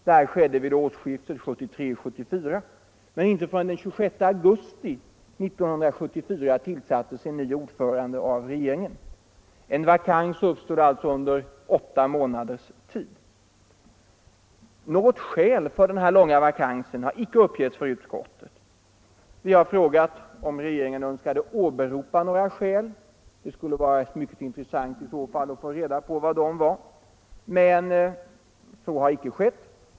Detta skedde vid årsskiftet 1973-1974, men inte förrän den 26 augusti 1974 tillsattes en ny ordförande av regeringen. En vakans uppstod alltså under åtta månaders tid. Något skäl för denna långa vakans har icke uppgetts för utskottet. Vi har frågat om regeringen önskat åberopa några skäl — det skulle vara mycket intressant i så fall att få reda på dessa - men så har icke skett.